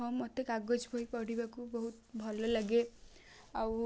ହଁ ମତେ କାଗଜ ପୋଇ କରିବାକୁ ବହୁତ ଭଲ ଲାଗେ ଆଉ